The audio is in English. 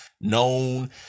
known